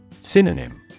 Synonym